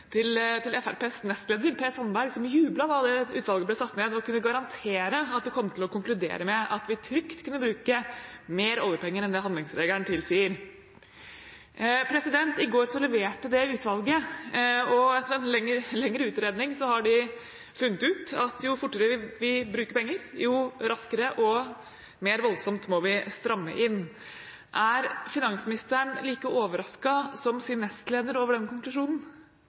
til Fremskrittspartiets nestleder Per Sandberg, som jublet da det utvalget ble satt ned og kunne garantere at det kom til å konkludere med at vi trygt kunne bruke mer oljepenger enn det handlingsregelen tilsier. I går leverte det utvalget, og etter en lengre utredning har de funnet ut at jo fortere vi bruker penger, jo raskere og mer voldsomt må vi stramme inn. Er finansministeren like overrasket som sin nestleder over den konklusjonen?